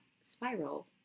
spiral